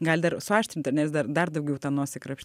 gal dar suaštrinta nes dar dar daugiau tą nosį krapštys